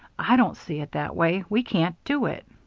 i don't see it that way. we can't do it.